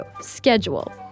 schedule